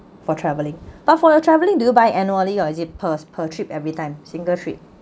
for traveling but for your traveling do you buy annually or is it per per trip everytime single trip